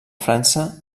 frança